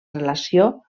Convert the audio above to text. relació